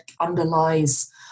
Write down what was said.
underlies